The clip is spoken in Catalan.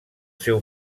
seu